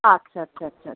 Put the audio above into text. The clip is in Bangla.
আচ্ছা আচ্ছা আচ্ছা